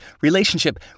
relationship